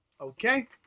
Okay